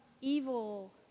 evil